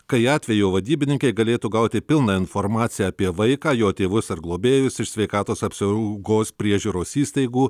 kai atvejo vadybininkai galėtų gauti pilną informaciją apie vaiką jo tėvus ar globėjus iš sveikatos apsaugos priežiūros įstaigų